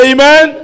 Amen